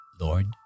Lord